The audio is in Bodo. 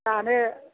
जानो